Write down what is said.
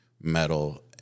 metal